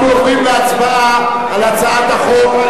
אנחנו עוברים עכשיו להצבעה על הצעת החוק,